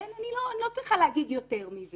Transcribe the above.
כן, אני לא צריכה להגיד יותר מזה.